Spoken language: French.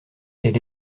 elle